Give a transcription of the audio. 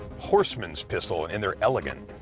horseman's pistol, and they're elegant.